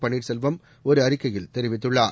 பன்னீர்செல்வம் ஒரு அறிக்கையில் தெரிவித்துள்ளார்